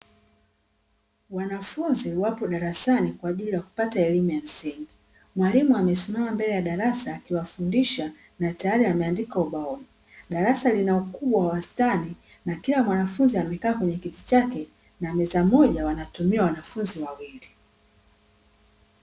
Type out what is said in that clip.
Wanafunzi wapo darasani kwaajili ya kupata elimu ya msingi, mwalimu amesimama mbele ya darasa akiwafundisha na tayari ameandika ubaoni. Darasa lina ukubwa wa wastani na kila mwanafunzi amekaa kwenye kiti chake na meza moja wanatumia wanafunzi wawili.